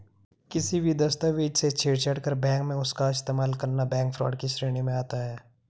किसी भी दस्तावेज से छेड़छाड़ कर बैंक में उसका इस्तेमाल करना बैंक फ्रॉड की श्रेणी में आता है